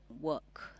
work